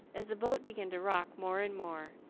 as the boat began to rock more and more,